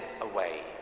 away